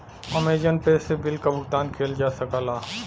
Amazon Pay से bill क भुगतान किहल जा सकला